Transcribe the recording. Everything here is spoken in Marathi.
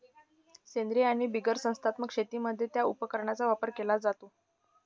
सेंद्रीय आणि बिगर संस्थात्मक शेतीमध्ये या उपकरणाचा वापर केला जातो